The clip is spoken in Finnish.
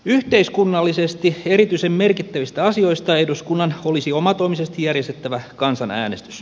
yhteiskunnallisesti erityisen merkittävistä asioista eduskunnan olisi omatoimisesti järjestettävä kansanäänestys